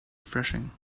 refreshing